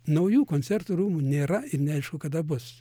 naujų koncertų rūmų nėra ir neaišku kada bus